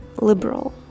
liberal